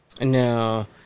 No